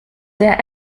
der